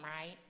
right